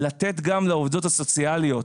לתת גם לעובדות הסוציאליות